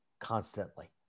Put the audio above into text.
constantly